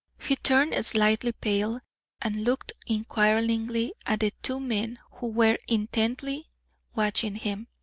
he turned slightly pale and looked inquiringly at the two men who were intently watching him.